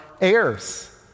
heirs